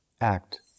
act